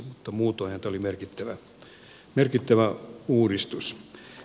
mutta muutoinhan tämä oli merkittävä uudistus